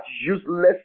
useless